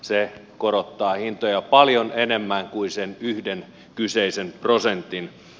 se korottaa hintoja paljon enemmän kuin sen yhden kyseisen prosentin